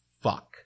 fuck